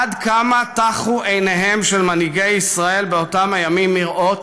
עד כמה טחו עיניהם של מנהיגי ישראל באותם הימים מראות